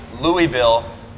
Louisville